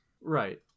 Right